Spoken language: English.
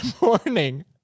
morning